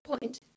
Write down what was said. point